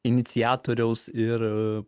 iniciatoriaus ir